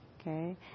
okay